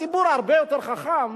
הציבור הרבה יותר חכם